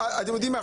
אתם יודעים מה,